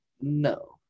No